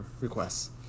requests